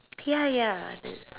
ya ya